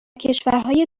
کشورهای